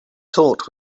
talked